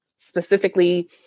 specifically